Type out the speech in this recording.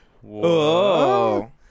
Whoa